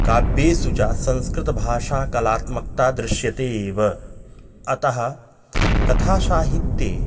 काव्येषु च संस्कृतभाषायाः कलात्मकता दृश्यते एव अतः कथासाहित्ये